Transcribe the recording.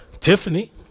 Tiffany